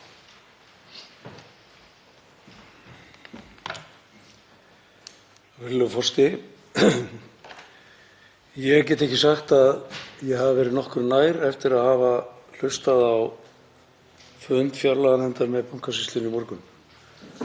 Virðulegur forseti. Ég get ekki sagt að ég hafi verið nokkru nær eftir að hafa hlustað á fund fjárlaganefndar með Bankasýslunni í morgun.